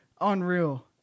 unreal